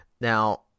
Now